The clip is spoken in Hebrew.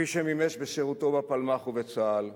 כפי שמימש בשירותו בפלמ"ח ובצה"ל,